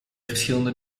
verschillende